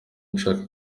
nshaka